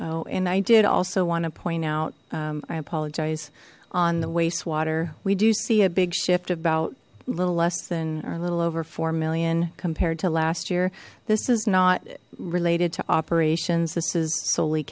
oh and i did also want to point out i apologize on the waste water we do see a big shift about a little less than or a little over four million compared to last year this is not related to operations